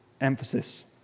emphasis